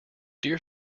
dear